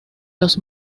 los